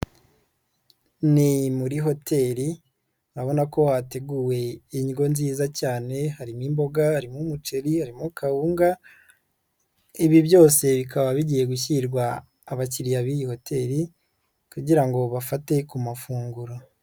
Ni muri hoteli, urabona ko hateguwe indyo nziza cyane, harimo imboga harimo, umuceri, harimo kawunga, ibi byose bikaba bigiye gushyirwa abakiriya b'iyi hoteli kugira ngo bafate ku mafunguro.